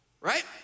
right